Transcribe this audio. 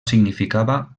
significava